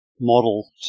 model